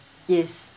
yes